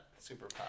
superpower